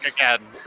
again